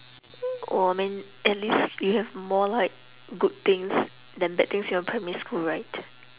oh I mean at least you have more like good things than bad things in your primary school right